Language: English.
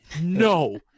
no